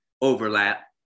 overlap